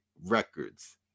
Records